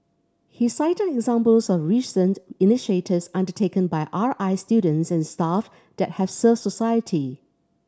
he cited examples of recent initiatives undertaken by R I students and staff that have served society